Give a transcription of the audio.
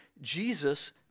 Jesus